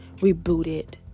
rebooted